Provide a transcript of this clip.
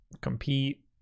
Compete